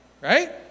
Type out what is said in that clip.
right